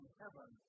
heaven